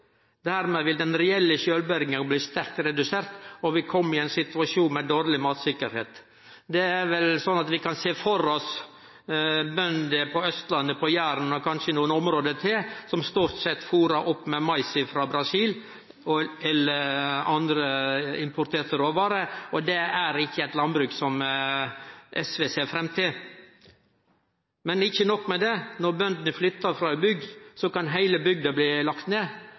Dermed vil den reelle sjølvberginga bli sterkt redusert, og vi vil kome i ein situasjon med dårleg mattryggleik. Vi kan vel sjå for oss bønder på Austlandet, på Jæren og kanskje i nokre område til, som stort sett fôrar opp med mais frå Brasil, eller med andre importerte råvarer. Det er ikkje eit landbruk som SV ser fram til. Men ikkje nok med det, når bøndene flyttar frå ei bygd, kan heile bygda bli lagd ned.